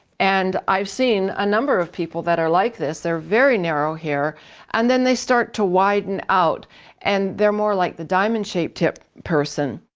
and i've seen a number of people that are like this they're very narrow here and then they start to widen out and they're more like the diamond shaped hip person.